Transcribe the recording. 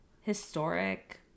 historic